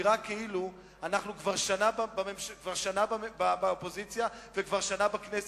נראה כאילו אנחנו כבר שנה באופוזיציה וכבר שנה בכנסת.